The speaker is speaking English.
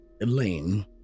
elaine